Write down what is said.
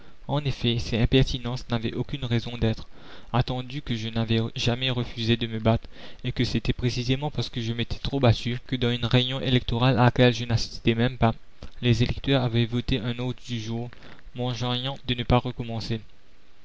en effet ses impertinences n'avaient aucune raison d'être attendu que je n'avais jamais refusé de me battre et que c'était précisément parce que je m'étais trop battu que dans une réunion électorale à laquelle je n'assistais même pas les électeurs avaient voté un ordre du jour m'enjoignant de ne pas recommencer